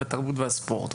תרבות וספורט,